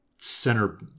Center